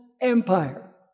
Empire